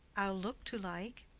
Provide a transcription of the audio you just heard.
i'll look to like,